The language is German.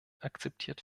akzeptiert